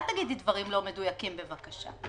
אל תגידי דברים לא מדויקים, בבקשה.